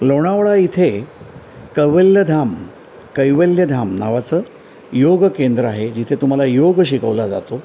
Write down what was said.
लोणावळा इथे कैवल्यधाम कैवल्यधाम नावाचं योग केंद्र आहे जिथे तुम्हाला योग शिकवला जातो